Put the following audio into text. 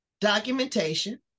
documentation